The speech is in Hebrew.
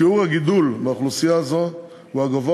שיעור הגידול באוכלוסייה הזאת הוא הגבוה